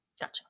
gotcha